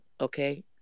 okay